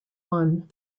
one